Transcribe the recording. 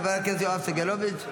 חבר הכנסת יואב סגלוביץ,